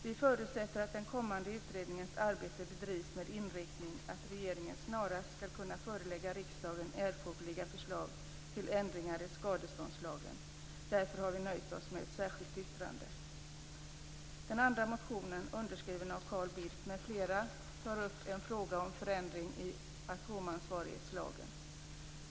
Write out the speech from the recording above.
Vi förutsätter att den kommande utredningens arbete bedrivs med inriktningen att regeringen snarast skall kunna förelägga riksdagen erforderliga förslag till ändringar i skadeståndslagen. Därför har vi nöjt oss med ett särskilt yttrande. Den andra motionen, underskriven av Carl Bildt m.fl., tar upp en fråga om förändring i atomansvarighetslagen.